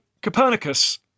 copernicus